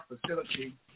facility